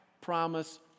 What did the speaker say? promise